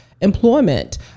employment